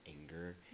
anger